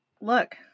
Look